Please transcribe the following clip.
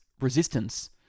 resistance